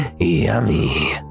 Yummy